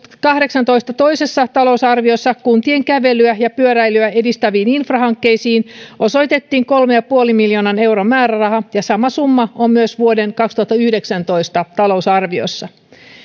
toisessa talousarviossa kuntien kävelyä ja pyöräilyä edistäviin infrahankkeisiin osoitettiin kolmen pilkku viiden miljoonan euron määräraha ja sama summa on myös vuoden kaksituhattayhdeksäntoista talousarviossa